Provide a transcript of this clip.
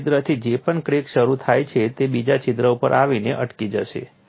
એક છિદ્રથી જે પણ ક્રેક શરૂ થાય છે તે બીજા છિદ્ર ઉપર આવીને અટકી જશે